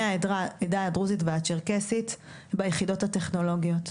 העדה הדרוזית והצ'רקסית ביחידות הטכנולוגיות.